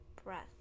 breath